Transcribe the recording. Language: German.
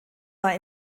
war